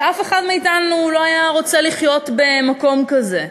ואף אחד מאתנו לא היה רוצה לחיות במקום כזה,